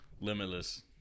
Limitless